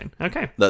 Okay